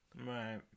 right